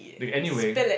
okay anyway